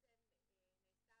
שצריכים לעשות